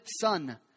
son